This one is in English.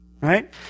right